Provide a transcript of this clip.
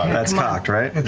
um that's cocked, right? and